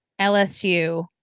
LSU